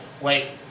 wait